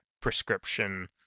prescription